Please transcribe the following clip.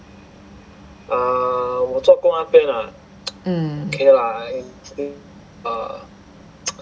mm